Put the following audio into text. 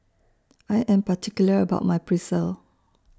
I Am particular about My Pretzel